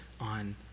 on